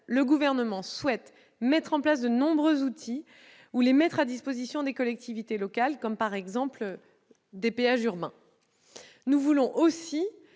Le Gouvernement souhaite mettre en place de nombreux outils ou les mettre à la disposition des collectivités locales, comme les péages urbains. Nous voulons